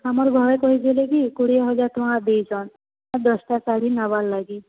ଆମର୍ ଘରେ କହିଥିଲେ କି କୁଡ଼ିଏ ହଜାର୍ ଟଙ୍କା ଦେଇଛନ୍ ଦଶଟା ଶାଢ଼ୀ ନବାର୍ ଲାଗି